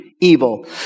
evil